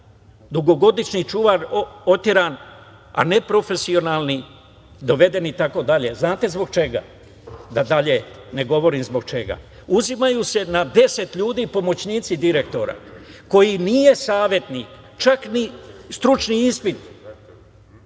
dugogodišnji čuvar oteran a neprofesionalni doveden, itd. Znate zbog čega? Da dalje ne govorim zbog čega. Uzimaju se na 10 ljudi, pomoćnici direktora, koji nije savetnik, čak ni stručni ispit